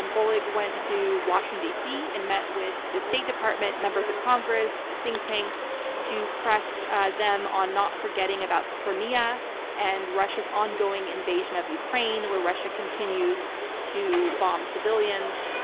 and oleg went to washington, dc and met with the state department, members of congress, think tanks to press them on not forgetting about crimea and russia's ongoing invasion of ukraine where russia continues to bomb civilians.